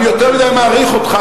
אני יותר מדי מעריך אותך,